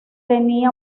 tiene